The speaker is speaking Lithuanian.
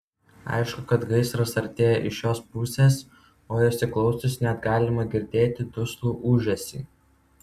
aišku kad gaisras artėja iš šios pusės o įsiklausius net galima girdėti duslų ūžesį